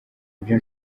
ibyo